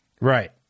Right